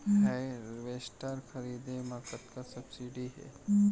Harvester खरीदे म कतना सब्सिडी हे?